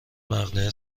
مقنعه